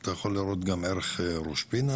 אתה יכול להראות גם ערך ראש פינה,